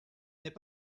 n’est